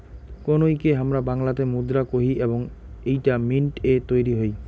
কোইনকে হামরা বাংলাতে মুদ্রা কোহি এবং এইটা মিন্ট এ তৈরী হই